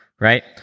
right